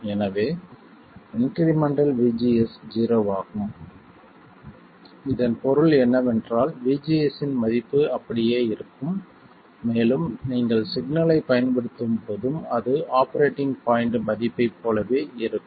எனவே incremental VGS ஜீரோவாகும் இதன் பொருள் என்னவென்றால் VGS இன் மதிப்பு அப்படியே இருக்கும் மேலும் நீங்கள் சிக்னலைப் பயன்படுத்தும்போதும் அது ஆபரேட்டிங் பாய்ண்ட் மதிப்பைப் போலவே இருக்கும்